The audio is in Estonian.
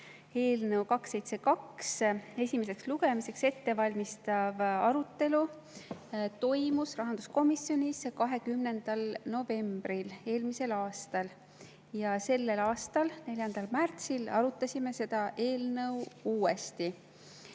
eelnõu 272 esimest lugemist ettevalmistav arutelu toimus rahanduskomisjonis 20. novembril eelmisel aastal. Selle aasta 4. märtsil arutasime seda eelnõu uuesti.